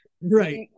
right